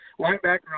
Linebacker